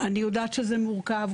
אני יודעת שזה מורכב,